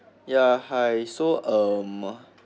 ya hi so um